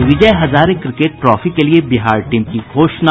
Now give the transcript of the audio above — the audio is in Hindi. और विजय हजारे क्रिकेट ट्रॉफी के लिये बिहार टीम की घोषणा